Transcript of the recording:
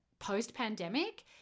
Post-pandemic